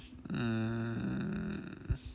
mm